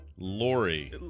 Lori